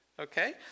okay